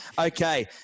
Okay